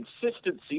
consistency